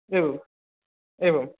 एवं एवं